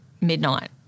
Midnight